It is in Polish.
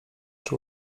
czy